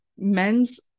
men's